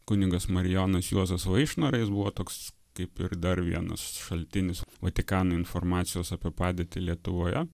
kunigas marijonas juozas vaišnora jis buvo toks kaip ir dar vienas šaltinis vatikano informacijos apie padėtį lietuvoje